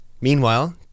Meanwhile